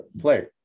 play